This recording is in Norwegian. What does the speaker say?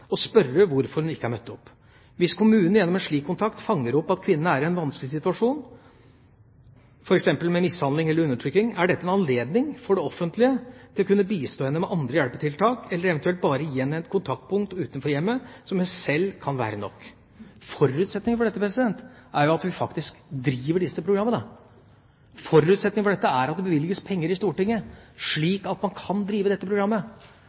har møtt opp. Hvis kommunen gjennom en slik kontakt fanger opp at kvinnen er i en vanskelig situasjon, f.eks. med mishandling eller undertrykking, er dette en anledning for det offentlige til å kunne bistå henne med andre hjelpetiltak, eventuelt bare gi henne et kontaktpunkt utenfor hjemmet, noe som i seg sjøl kan være nok. Forutsetningen for dette er jo at vi faktisk driver dette programmet. Forutsetningen for dette er at det bevilges penger i Stortinget, slik at man kan drive dette programmet,